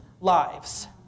lives